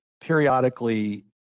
Periodically